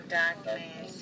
darkness